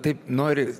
taip nori